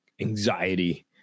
anxiety